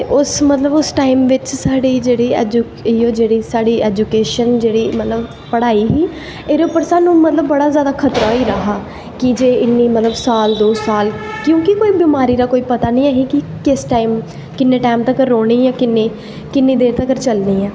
ते उस मतलव उस टाईम बिच्च साढ़ी ऐजुकेशन इयो साढ़ी जेह्ड़ी ऐजुकेशन पढ़ाई ही ओह्दे पर स्हानू बड़ा जादा खर्चा होई दा हा कि जे इन्नी मतलव साल दो साल क्योंकि बमार दा कोऊ पता नी हा कि कुस टाईम किन्नें टाईम तक्कर रौह्नी ऐं किन्नें किन्नी देर तक्कर चलनीं ऐं